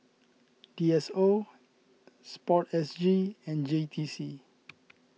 D S O Sport S G and J T C